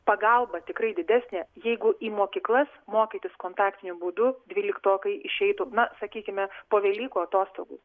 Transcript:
pagalba tikrai didesnė jeigu į mokyklas mokytis kontaktiniu būdu dvyliktokai išeitų na sakykime po velykų atostogų